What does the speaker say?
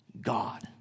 God